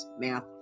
math